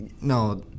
No